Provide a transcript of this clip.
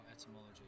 etymology